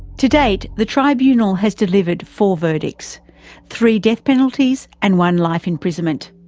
to date the tribunal has delivered four verdicts three death penalties and one life imprisonment.